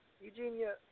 Eugenia